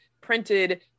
printed